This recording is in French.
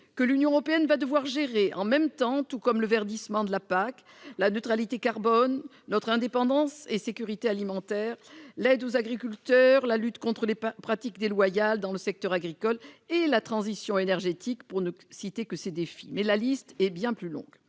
que l'Union européenne va devoir gérer en même temps, tout comme le verdissement de la PAC, la neutralité carbone, notre indépendance et notre sécurité alimentaires, l'aide aux agriculteurs, la lutte contre les pratiques déloyales dans le secteur agricole et la transition énergétique, pour ne citer que ces défis dont la liste est bien plus longue.